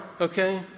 okay